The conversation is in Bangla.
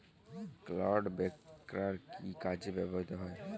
ক্লড ব্রেকার কি কাজে ব্যবহৃত হয়?